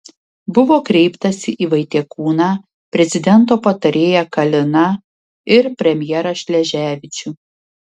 buvo kreiptasi į vaitekūną prezidento patarėją kaliną ir premjerą šleževičių